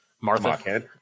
Martha